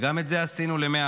וגם את זה עשינו ל-100%.